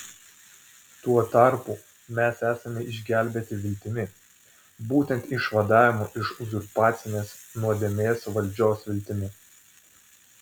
tuo tarpu mes esame išgelbėti viltimi būtent išvadavimo iš uzurpacinės nuodėmės valdžios viltimi